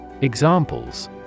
Examples